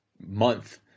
month